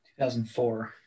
2004